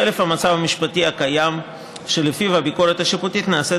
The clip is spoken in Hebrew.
חלף המצב המשפטי הקיים שלפיו הביקורת השיפוטית נעשית